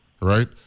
right